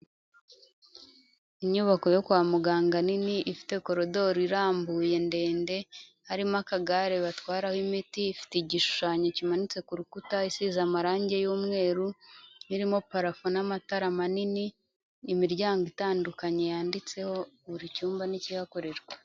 Inyubako yo kwa muganga nini, ifite korodori irambuye ndende, harimo akagare batwaraho imiti, ifite igishushanyo kimanitse ku rukuta isize amarangi y'umweru, irimo parafu n'amatara manini, imiryango itandukanye yanditseho buri cyumba n'ikihakorerwa.